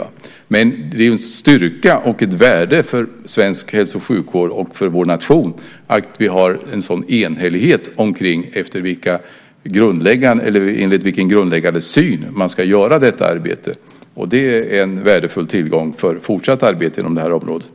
Men det är en styrka och ett värde för svensk hälso och sjukvård och för vår nation att vi har en sådan enhällighet omkring enligt vilken grundläggande syn man ska utföra detta arbete. Det är en värdefull tillgång för fortsatt arbete inom det här området.